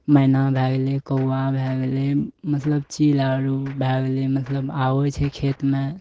मैना भऽ गेलै कौआ भऽ गेलै मतलब चील आर भऽ गेलै मतलब आबै छै खेतमे